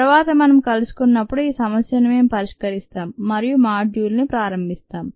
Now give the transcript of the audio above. తరువాత మనం కలుసుకున్నప్పుడు ఈ సమస్యను మేం పరిష్కరిస్తాం మరియు మాడ్యూల్ ని ప్రారంభిస్తాం